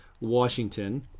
Washington